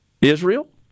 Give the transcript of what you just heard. Israel